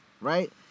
right